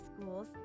schools